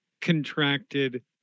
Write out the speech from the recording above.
contracted